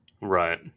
Right